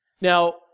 Now